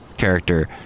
Character